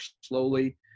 slowly